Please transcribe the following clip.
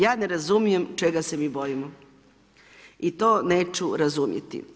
Ja ne razumijem čega se mi bojimo i to neću razumjeti.